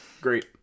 Great